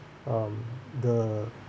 um the